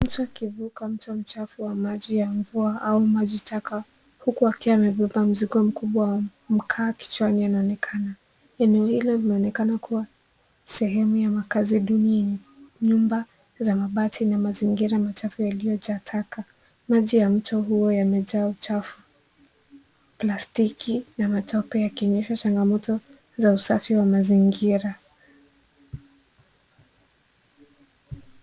Mtu akivuka mto mchafu wa maji ya mvua au maji taka huku akiwa amebeba mzigo mkubwa wa mkaa kichwani anaonekana. Eneo hilo inaonekana kuwa sehemu ya makazi duni ya nyumba za mabati na mazingira machafu yaliyojaa taka. Maji ya mto huo yamejaa uchafu, plastiki na matope yakionyesha changamoto za usafi wa mazingira.